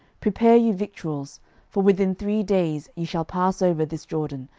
prepare you victuals for within three days ye shall pass over this jordan,